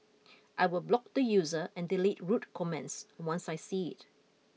I will block the user and delete rude comments once I see it